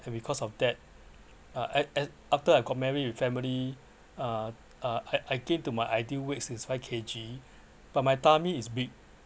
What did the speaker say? and because of that I I after I got married with family uh uh I I gain to my ideal weight sixty-five K_G but my tummy is big